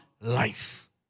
life